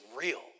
real